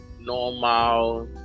normal